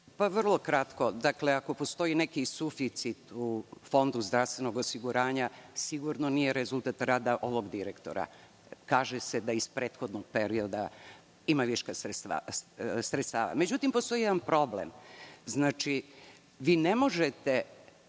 Vrlo ću kratko. Dakle, ako postoji neki suficit u Fondu zdravstvenog osiguranja, sigurno nije rezultat rada ovog direktora. Kaže se da iz prethodnog perioda ima viška sredstava. Međutim, postoji jedan problem. Znači, vi ne možete